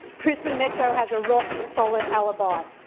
brisbane metro has a rock-solid alibi.